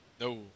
No